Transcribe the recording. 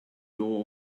door